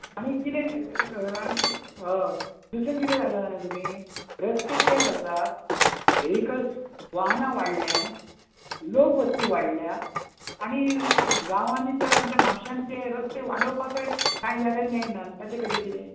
आनी कितें आनी हय दुसरें कितें जालां जाणां तुमी रस्ते तेच आसात वेहिकल्स वाहनां वाडल्यांत लोकवस्ती वाडल्यांत आनी गांवांनी तर आमच्या म्हापश्यांत ते रस्ते वाडोवपाकय काय जाग्यार मेळनात ताचे कशें कितें